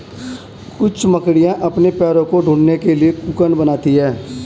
कुछ मकड़ियाँ अपने पैरों को ढकने के लिए कोकून बनाती हैं